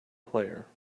player